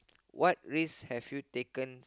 what risks have you taken